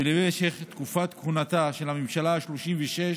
ולמשך תקופת כהונתה של הממשלה השלושים-ושש.